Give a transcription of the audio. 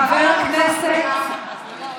חבר הכנסת.